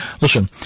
listen